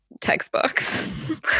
textbooks